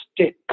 stick